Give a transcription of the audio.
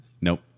Nope